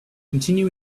continue